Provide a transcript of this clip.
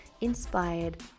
inspired